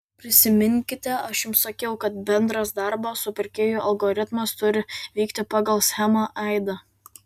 prisiminkite aš jums sakiau kad bendras darbo su pirkėju algoritmas turi vykti pagal schemą aida